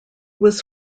was